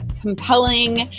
compelling